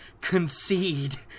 concede